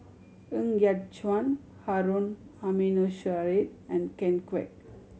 Ng Yat Chuan Harun Aminurrashid and Ken Kwek